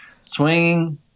Swinging